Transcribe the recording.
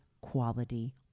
quality